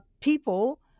people